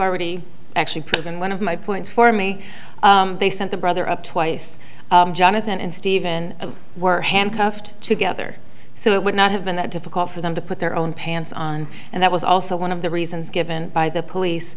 already actually proven one of my points for me they sent the brother up twice jonathan and stephen were handcuffed together so it would not have been that difficult for them to put their own pants on and that was also one of the reasons given by the police